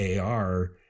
AR